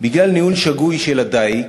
בגלל ניהול שגוי של הדיג.